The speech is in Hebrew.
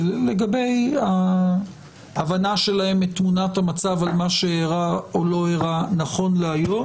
לגבי ההבנה שלהם את תמונת המצב על מה שאירע או לא אירע נכון להיום,